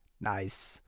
Nice